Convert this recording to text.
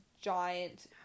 giant